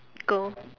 go